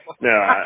no